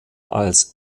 als